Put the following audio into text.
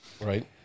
Right